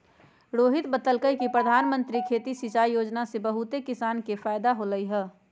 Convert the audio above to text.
रोहित बतलकई कि परधानमंत्री खेती सिंचाई योजना से बहुते किसान के फायदा होलई ह